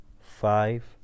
five